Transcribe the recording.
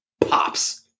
pops